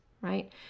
right